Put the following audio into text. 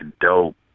dope